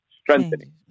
strengthening